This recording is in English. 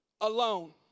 alone